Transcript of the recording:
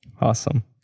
Awesome